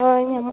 ᱦᱳᱭ ᱦᱟᱸᱜ